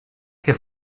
que